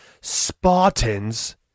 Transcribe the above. spartans